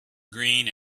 green